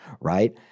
right